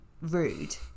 rude